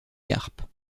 carpes